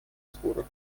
спора